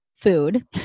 food